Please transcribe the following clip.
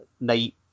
night